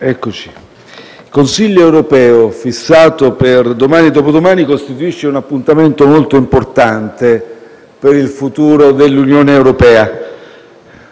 il Consiglio europeo fissato per domani e dopodomani costituisce un appuntamento molto importante per il futuro dell'Unione europea.